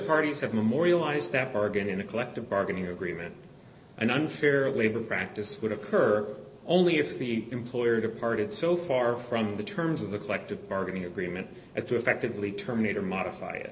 parties have memorialized that bargain in a collective bargaining agreement and unfair labor practice would occur only if the employer departed so far from the terms of the collective bargaining agreement as to effectively terminator modify it